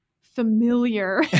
familiar